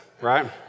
right